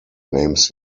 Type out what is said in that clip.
names